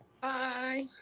Bye